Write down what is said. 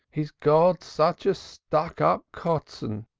he's got such a stuck-up kotzon.